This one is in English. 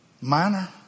minor